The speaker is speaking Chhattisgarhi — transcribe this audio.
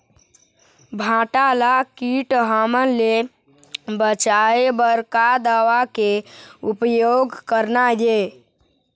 भांटा ला कीट हमन ले बचाए बर का दवा के उपयोग करना ये?